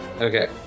Okay